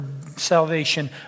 salvation